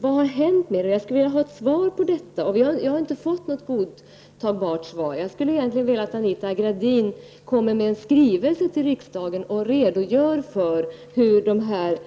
Vad har hänt? Jag skulle vilja ha ett svar på detta. Jag har inte fått något godtagbart svar. Jag vill att Anita Gradin kommer med en skrivelse till riksdagen där hon redogör för hur dessa